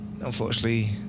unfortunately